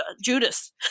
Judas